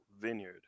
vineyard